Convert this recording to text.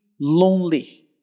lonely